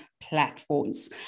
platforms